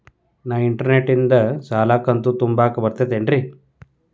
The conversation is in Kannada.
ನಾ ಇಂಟರ್ನೆಟ್ ನಿಂದ ಸಾಲದ ಕಂತು ತುಂಬಾಕ್ ಬರತೈತೇನ್ರೇ?